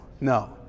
No